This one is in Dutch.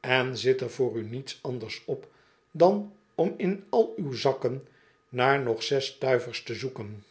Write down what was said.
en zit er voor u niets anders op dan om in al uw zakken naar nog zes stuivers te zoeken